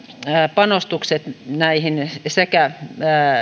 panostukset sekä